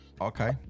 Okay